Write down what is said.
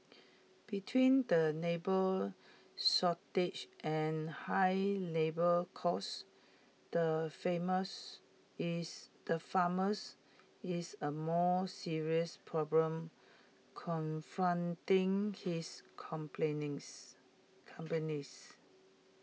between the labour shortage and high labour costs the famous is the farmers is A more serious problem confronting his companies